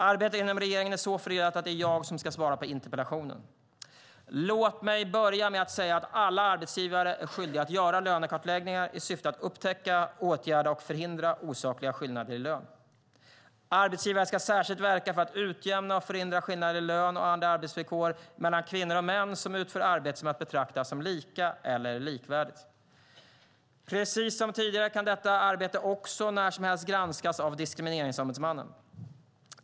Arbetet inom regeringen är så fördelat att det är jag som ska svara på interpellationen. Låt mig börja med att säga att alla arbetsgivare är skyldiga att göra lönekartläggningar i syfte att upptäcka, åtgärda och förhindra osakliga skillnader i lön. Arbetsgivare ska särskilt verka för att utjämna och förhindra skillnader i lön och andra arbetsvillkor mellan kvinnor och män som utför arbete som är att betrakta som lika eller likvärdigt. Precis som tidigare kan detta arbete också när som helst granskas av Diskrimineringsombudsmannen.